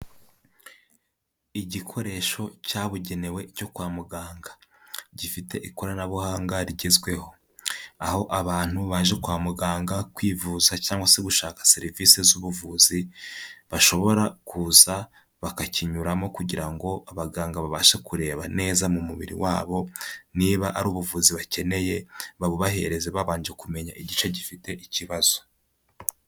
Igikoresho cyabugenewe cyo kwa muganga, gifite ikoranabuhanga rigezweho, aho abantu baje kwa muganga kwivuza cyangwa se gushaka serivisi z'ubuvuzi bashobora kuza bakakinyuramo kugira ngo abaganga babashe kureba neza mu mubiri wabo niba ari ubuvuzi bakeneye babubaheze babanje kumenya igice gifite ikibazo.